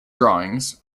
drawings